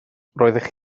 roeddech